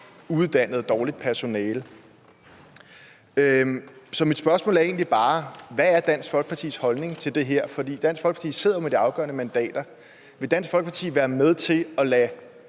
uuddannet og dårligt personale. Så mit spørgsmål er egentlig bare: Hvad er Dansk Folkepartis holdning til det her, for Dansk Folkeparti sidder med de afgørende mandater? Vil Dansk Folkeparti være med til at lade